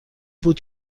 بود